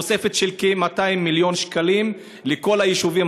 תוספת של כ-200 מיליון שקלים לכל היישובים